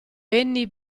annie